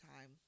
Time